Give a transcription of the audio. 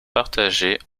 partagées